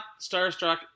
starstruck